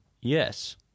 Yes